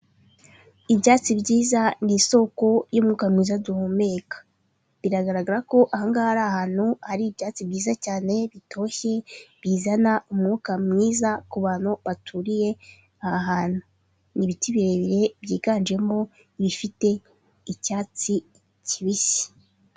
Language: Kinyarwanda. Ibyatsi byiza ni isoko y'umwuka mwiza duhumeka. Biragaragara ko ahanga ari ahantu hari ibyatsi byiza cyane bitoshye bizana umwuka mwiza ku bantu baturiye aha hantu. Ni ibiti birebire byiganjemo ibifite icyatsi kibisi.